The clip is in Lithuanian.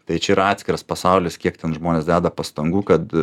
tai čia ir atskiras pasaulis kiek ten žmonės deda pastangų kad